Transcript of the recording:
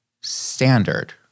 standard